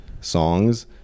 songs